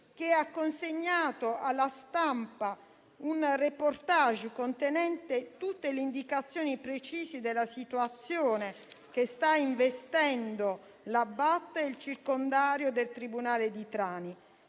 che ha consegnato alla stampa un *reportage* contenente tutte le indicazioni precise della situazione che sta investendo la BAT e il circondario del tribunale di Trani.